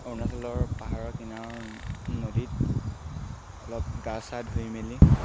অৰুণাচলৰ পাহাৰৰ কিনাৰৰ নদীত অলপ গা চা ধুই মেলি